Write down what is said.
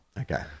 Okay